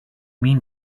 mean